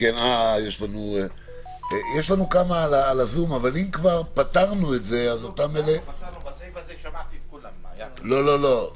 יש לנו כמה הערות בזום אבל אם כבר פתרנו את זה אז אולי לא צריך.